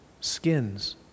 Skins